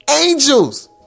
angels